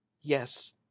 yes